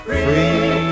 free